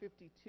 52